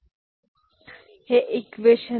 Cout A